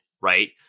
Right